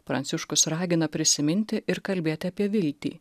pranciškus ragina prisiminti ir kalbėti apie viltį